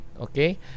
okay